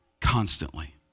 constantly